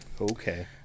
okay